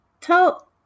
tell